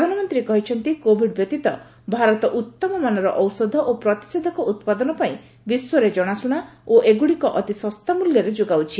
ପ୍ରଧାନମନ୍ତ୍ରୀ କହିଛନ୍ତି କୋବିଡ ବ୍ୟତୀତ ଭାରତ ଉତ୍ତମ ମାନର ଔଷଧ ଓ ପ୍ରତିଷେଧକ ଉତ୍ପାଦନ ପାଇଁ ବିଶ୍ୱରେ ଜଣାଶୁଣା ଓ ଏଗୁଡ଼ିକ ଅତି ଶସ୍ତା ମୂଲ୍ୟରେ ଯୋଗାଉଛି